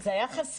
זה היה חסר.